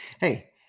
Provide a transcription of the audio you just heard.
Hey